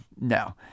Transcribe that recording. no